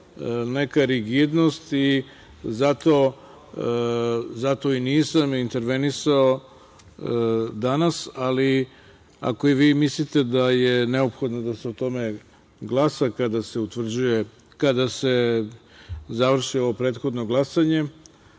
neka rigidnost i zato nisam intervenisao danas, ali ako vi mislite da je neophodno da se o tome glasa kada se završi ovo prethodno glasanje,